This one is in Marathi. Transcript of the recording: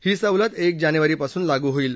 ही सवलत एक जानेवारी पासून लागू होईल